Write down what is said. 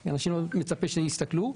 אני מצפה שיסתכלו.